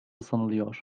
sanılıyor